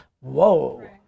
Whoa